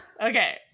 Okay